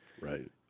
Right